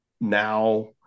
now